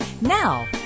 Now